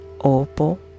opal